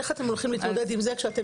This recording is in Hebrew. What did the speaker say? איך אתם הולכים להתמודד עם זה כשאתם